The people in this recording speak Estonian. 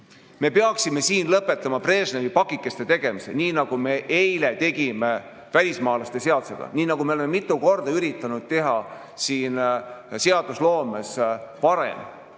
me peaksime lõpetama Brežnevi pakikeste tegemise, nii nagu me eile tegime välismaalaste seadusega, nii nagu me oleme mitu korda varem üritanud siin seadusloomes teha.